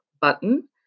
button